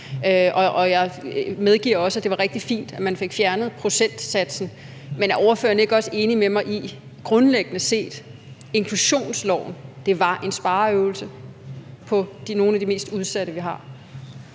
Og jeg medgiver også, at det var rigtig fint, at man fjernede procentsatsen. Men er ordføreren ikke også enig med mig i, at grundlæggende set var inklusionsloven en spareøvelse over for nogle af de mest udsatte, vi har?